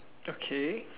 okay